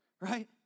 Right